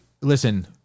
listen